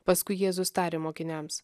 paskui jėzus tarė mokiniams